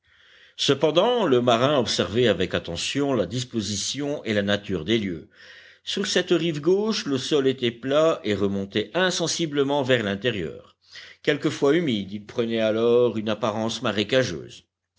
cependant le marin observait avec attention la disposition et la nature des lieux sur cette rive gauche le sol était plat et remontait insensiblement vers l'intérieur quelquefois humide il prenait alors une apparence marécageuse